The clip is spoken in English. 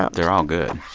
ah they're all good.